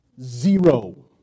zero